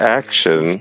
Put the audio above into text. action